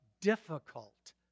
difficult